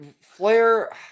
flair